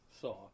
saw